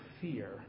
fear